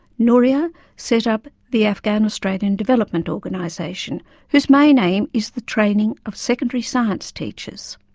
nouria set up the afghan australian development organisation whose main aim is the training of secondary science teachers.